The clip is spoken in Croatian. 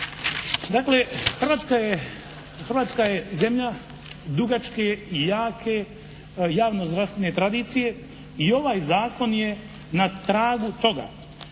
Dakle, Hrvatska je zemlja dugačke i jake javno-zdravstvene tradicije i ovaj zakon je na tragu toga.